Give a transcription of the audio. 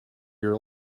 your